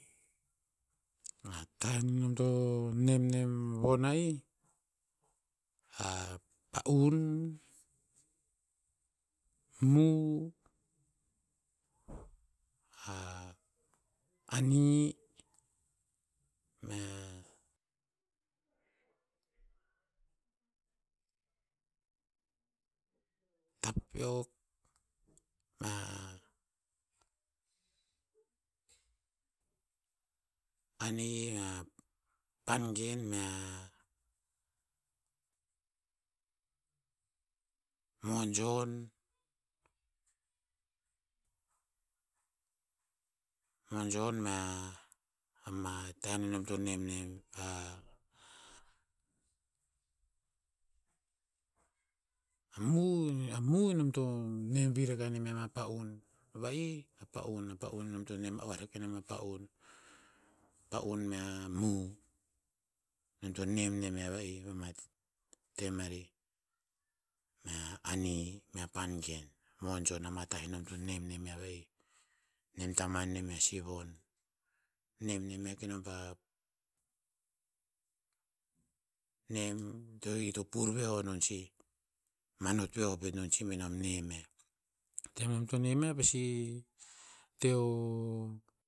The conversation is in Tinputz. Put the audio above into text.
Ma tah nom to nem nem von a'ih, a pa'un, muu, a anii mea tapiok, a anii a pangen mea mojon, mojon mea ama tah'en enom to nem nem. A muu- a muu enom to nem vir akah inem ya mea pa'un. Va'ih a pa'un a pa'un enom to nem va oah rakah inem a pa'un, pa'un mea muu. Nom to nem nem ya va'ih pa ma tem arih, mea anii pangen mojon ama tah enom to nem nem ya va'ih. Nem tamuan nem si von, nem nem ya kenom pa nem ito pur veho non sih, manot veho pet non sih be nom nem nem ya. Tem enom to nem ya i pasi te o